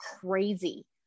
crazy